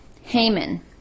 Haman